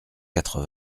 quatre